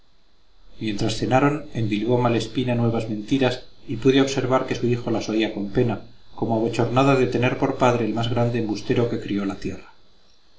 noche mientras cenaron endilgó malespina nuevas mentiras y pude observar que su hijo las oía con pena como abochornado de tener por padre el más grande embustero que crió la tierra